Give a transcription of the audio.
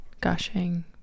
gushing